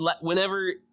whenever